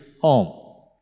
home